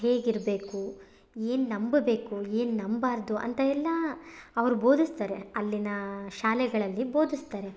ಹೇಗಿರಬೇಕು ಏನು ನಂಬಬೇಕು ಏನು ನಂಬಬಾರ್ದು ಅಂತ ಎಲ್ಲ ಅವರು ಬೋಧಿಸ್ತಾರೆ ಅಲ್ಲಿನ ಶಾಲೆಗಳಲ್ಲಿ ಬೋಧಿಸ್ತಾರೆ